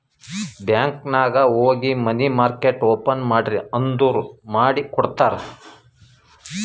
bank ನಾಗ್ ಹೋಗಿ money market open ಮಾಡ್ರಿ ಅಂದುರ್ ಮಾಡಿ ಕೊಡ್ತಾರ್